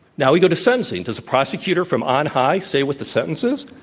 now we go to sentencing. does the prosecutor from on high say what the sentence is?